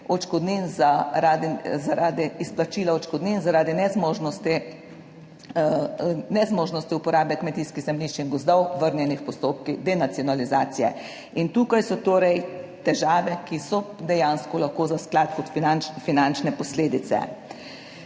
odškodnin zaradi nezmožnosti uporabe kmetijskih zemljišč in gozdov, vrnjenih v postopkih denacionalizacije. Tukaj so torej težave, ki so dejansko lahko za sklad kot finančno finančne posledice.